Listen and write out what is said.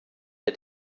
der